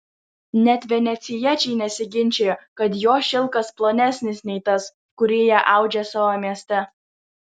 net venecijiečiai neginčijo kad jo šilkas plonesnis nei tas kurį jie audžia savo mieste